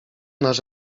nasz